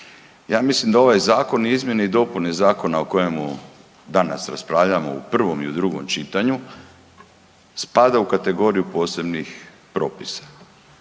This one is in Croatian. Ja mislim da ovaj zakon izmjene i dopune zakona o kojemu danas raspravljamo u prvom i u drugom čitanju, spada u kategoriju posebnih propisa.